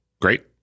Great